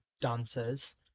dancers